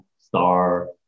star